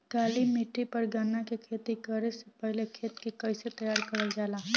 काली मिट्टी पर गन्ना के खेती करे से पहले खेत के कइसे तैयार करल जाला?